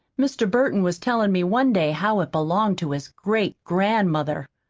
mr. burton was tellin' me one day how it belonged to his great-grand-mother.